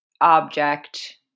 object